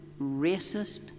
racist